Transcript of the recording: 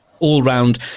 all-round